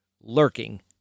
lurking